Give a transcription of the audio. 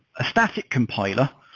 a static compiler,